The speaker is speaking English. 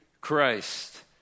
Christ